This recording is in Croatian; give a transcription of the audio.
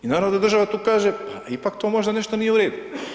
I naravno da država tu kaže, pa ipak to možda nešto nije u redu.